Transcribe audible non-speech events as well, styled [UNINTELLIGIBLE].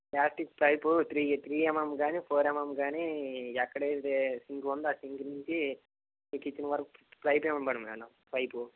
plastic type three three mm కాని four mm కాని ఎక్కడైతే సింక్ ఉందో ఆ సింక్ నుంచి ఎక్కిచ్చిన వరకూ [UNINTELLIGIBLE] పైపు